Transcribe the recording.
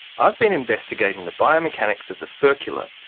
i have been investigating the biomechanics of the furcular,